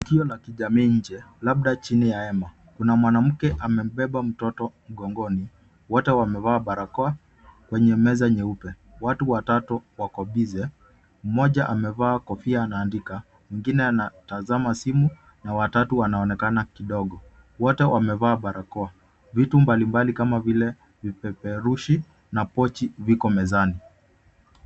Tukio la kijamii nje. Labda chini ya hema. Kuna mwanamke amembeba mtoto mgongoni. Wote wamevaa barakoa kwenye meza nyeupe. Watu watatu wako busy , mmoja amevaa kofia anaandika, mwengine anatazama simu na wa tatu anaonekana kidogo. Wote wamevaa barakoa. Vitu mbalimbali kama vile vipeperushi na pochi viko mezani.